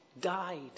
died